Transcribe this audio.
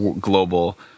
global